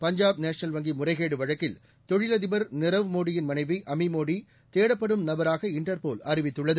Punjab National வங்கி முறைகேடு வழக்கில் தொழிலதிபர் நிரவ் மோடியின் மனைவி அமி மோடி தேடப்படும் நபராக இன்டர்போல் அறிவித்துள்ளது